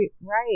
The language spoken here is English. Right